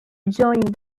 adjoining